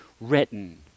written